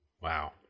Wow